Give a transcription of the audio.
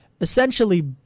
essentially